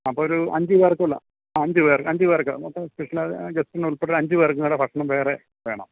അപ്പം ഒരു അഞ്ച് പേർക്കുള്ള ആ അഞ്ച് പേർ അഞ്ച് പേർക്ക് മൊത്തം സ്പെഷ്യലാ ഗസ്റ്റ്നുൾപ്പെടെ അഞ്ച് പേർക്കും കൂടെ ഭക്ഷണം വേറെ വേണം